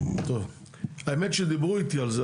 האמת שדיברו איתי על זה,